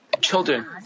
children